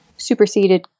superseded